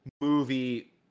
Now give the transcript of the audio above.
movie